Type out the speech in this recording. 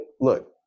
look